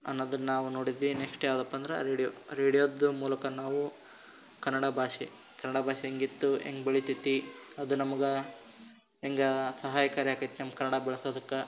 ಅನ್ನೋದನ್ನು ನಾವು ನೋಡಿದ್ವಿ ನೆಕ್ಸ್ಟ್ ಯಾವುದಪ್ಪ ಅಂದ್ರೆ ರೇಡಿಯೋ ರೇಡಿಯೋದ ಮೂಲಕ ನಾವು ಕನ್ನಡ ಭಾಷೆ ಕನ್ನಡ ಭಾಷೆ ಹೇಗಿತ್ತು ಹೇಗ್ ಬೆಳೀತದೆ ಅದು ನಮ್ಗೆ ಹೇಗೆ ಸಹಾಯಕಾರಿ ಆಗ್ತದೆ ನಮ್ಮ ಕನ್ನಡ ಬಳ್ಸೋದಕ್ಕೆ